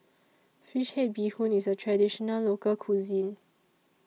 Fish Head Bee Hoon IS A Traditional Local Cuisine